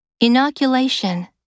Inoculation